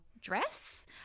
dress